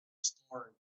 story